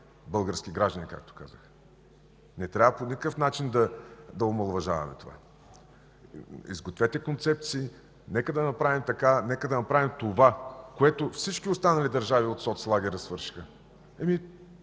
български граждани, както казах. Не трябва по никакъв начин да омаловажаваме това. Изгответе концепции! Нека да направим така, нека да направим това, което всички останали държави от соцлагера свършиха. Няма